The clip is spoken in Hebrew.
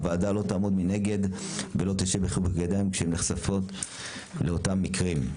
הוועדה לא תעמוד מנגד ולא תשב בחיבוק ידיים כשהיא נחשפת לאותם מקרים.